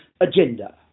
agenda